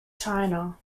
china